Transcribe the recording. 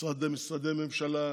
משרדי ממשלה,